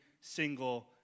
single